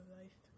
life